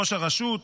ראש הרשות,